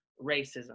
Racism